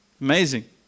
Amazing